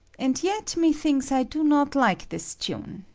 and yet methinks i do not like this tune.